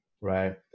right